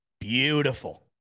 Beautiful